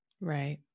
Right